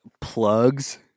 plugs